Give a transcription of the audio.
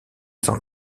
sans